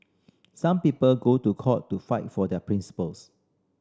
some people go to court to fight for their principles